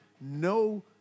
no